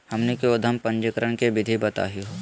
हमनी के उद्यम पंजीकरण के विधि बताही हो?